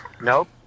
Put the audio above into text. Nope